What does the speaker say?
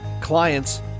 clients